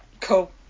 Cool